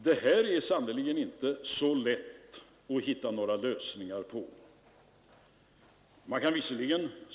Det är sannerligen inte lätt att hitta några lösningar på det här problemet.